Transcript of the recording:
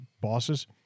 bosses